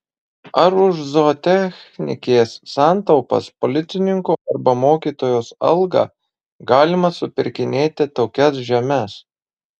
ar už zootechnikės santaupas policininko arba mokytojos algą galima supirkinėti tokias žemes